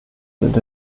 sind